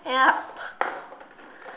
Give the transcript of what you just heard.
end up